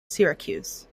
syracuse